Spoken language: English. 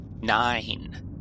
Nine